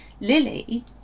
Lily